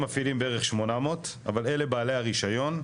מפעילים בערך 800. אבל אלה בעלי הרישיון.